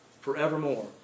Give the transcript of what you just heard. forevermore